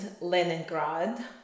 Leningrad